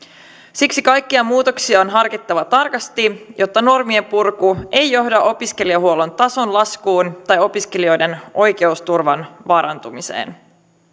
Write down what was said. siksi kaikkia muutoksia on harkittava tarkasti jotta normien purku ei johda opiskelijahuollon tason laskuun tai opiskelijoiden oikeusturvan vaarantumiseen